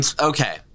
Okay